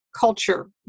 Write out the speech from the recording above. culture